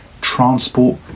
transport